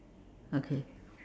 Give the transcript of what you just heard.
okay